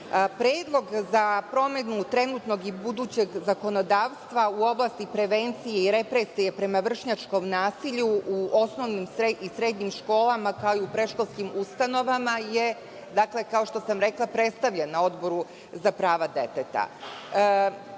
zakona? Predlog za promenu trenutnog i budućeg zakonodavstva u oblasti prevencije i represije prema vršnjačkom nasilju u osnovnim i srednjim školama, kao i predškolskim ustanovama je, dakle, kao što sam rekla predstavljen na Odboru za prava deteta.U